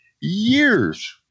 years